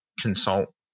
consult